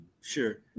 Sure